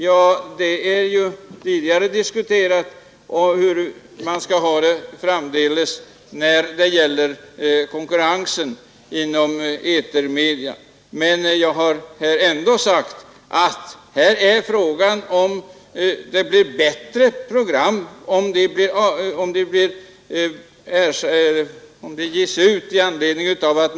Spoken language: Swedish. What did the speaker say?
Ja, det är ju tidigare diskuterat hur man skall ha det framdeles när det gäller 99 ”Djärva programinslag” önskar också herr Wikström. Ja, andra anser att många av programinslagen redan är för djärva! konkurrensen inom etermedia.